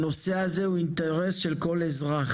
הנושא הזה הוא אינטרס של כל אזרח.